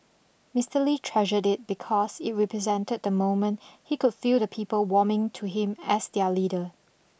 Mister Lee treasured it because it represented the moment he could feel the people warming to him as their leader